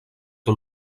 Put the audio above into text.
que